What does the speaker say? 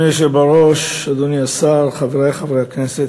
בראש, אדוני השר, חברי חברי הכנסת,